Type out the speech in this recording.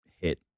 hit